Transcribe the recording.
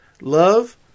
love